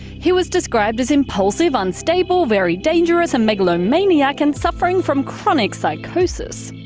he was described as impulsive, unstable, very dangerous, a megalomaniac and suffering from chronic psychosis.